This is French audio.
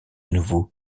nouveau